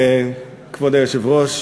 כבוד היושב-ראש,